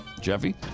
jeffy